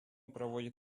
проводит